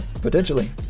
potentially